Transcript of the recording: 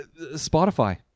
spotify